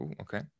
Okay